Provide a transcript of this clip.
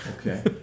okay